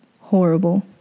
Horrible